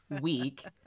week